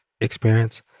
experience